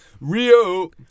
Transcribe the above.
Rio